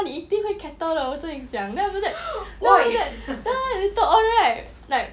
ya 你一定会 cackle 的我跟你讲 then after that then after that then after that later on right like